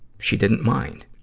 she didn't mind.